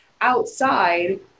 outside